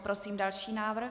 Prosím další návrh.